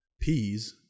peas